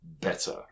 better